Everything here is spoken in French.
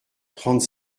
trente